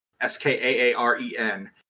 S-K-A-A-R-E-N